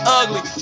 ugly